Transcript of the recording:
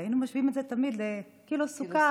היינו משווים את זה תמיד לקילו סוכר